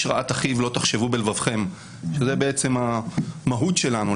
רעת אחיו לא תחשבו בלבבכם; זה בעצם המהות שלנו,